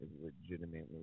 legitimately